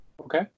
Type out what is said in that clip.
Okay